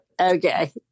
Okay